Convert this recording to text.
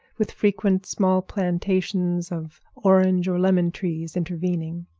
with frequent small plantations of orange or lemon trees intervening.